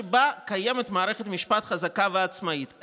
שבה קיימת מערכת משפט חזקה ועצמאית.